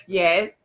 yes